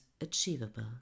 achievable